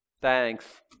Thanks